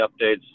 updates